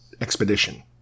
Expedition